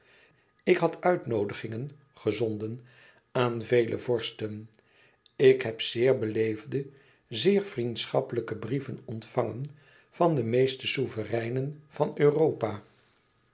ik had uitnoodigingen gezonden aan vele vorsten ik heb zeer beleefde zeer vriendschappelijke brieven ontvangen van de meeste souvereinen van europa